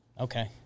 Okay